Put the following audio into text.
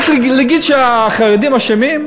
רק להגיד שהחרדים אשמים,